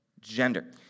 gender